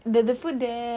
the the food there